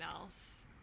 else